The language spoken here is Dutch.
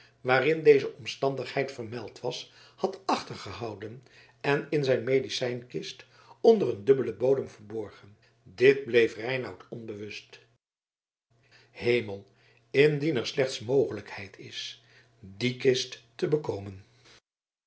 waarin deze omstandigheid vermeld was had achtergehouden en in zijn medicijnkist onder een dubbelen bodem verborgen dit bleef reinout onbewust hemel indien er slechts mogelijkheid is die kist te bekomen